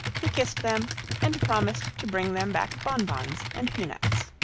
he kissed them and promised to bring them back bonbons and peanuts.